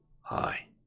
Hi